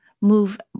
move